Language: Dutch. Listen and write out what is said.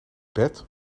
bed